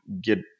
get